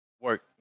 work